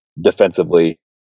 defensively